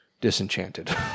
disenchanted